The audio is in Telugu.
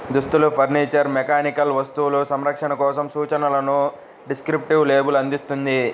దుస్తులు, ఫర్నీచర్, మెకానికల్ వస్తువులు, సంరక్షణ కోసం సూచనలను డిస్క్రిప్టివ్ లేబుల్ అందిస్తుంది